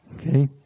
Okay